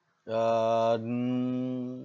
um mm